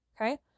Okay